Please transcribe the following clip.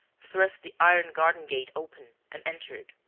thrust the iron garden gate open and entered.